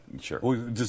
Sure